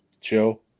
Joe